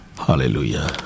Hallelujah